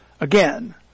Again